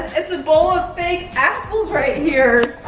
it's a bowl of fake apples right here.